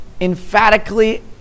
emphatically